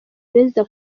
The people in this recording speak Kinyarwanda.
perezida